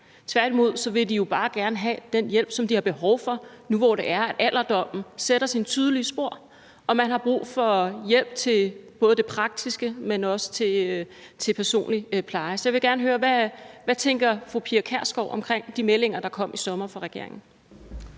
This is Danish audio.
Tværtimod vil de jo bare gerne have den hjælp, som de har behov for nu, hvor alderdommen sætter sine tydelige spor og man har brug for hjælp til både det praktiske, men også til personlig pleje. Så jeg vil gerne høre, hvad fru Pia Kjærsgaard tænker om de meldinger, der i sommer kom fra regeringen.